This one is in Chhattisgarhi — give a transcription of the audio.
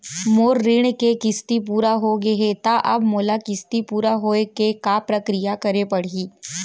मोर ऋण के किस्ती पूरा होगे हे ता अब मोला किस्ती पूरा होए के का प्रक्रिया करे पड़ही?